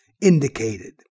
indicated